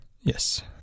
Yes